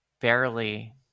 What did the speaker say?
barely